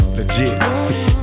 Legit